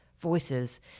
Voices